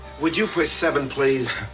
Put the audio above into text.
would you push seven, please?